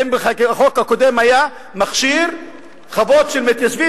החוק הקודם היה מכשיר חוות של מתיישבים